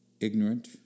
ignorant